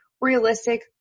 Realistic